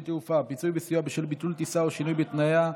תעופה (פיצוי וסיוע בשל ביטול טיסה או שינוי בתנאיה)